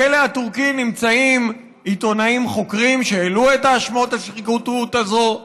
בכלא הטורקי נמצאים עיתונאים חוקרים שהעלו את האשמות השחיתות הזאת,